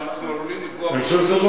שאנחנו עלולים לפגוע בצנעת הפרט של מישהו,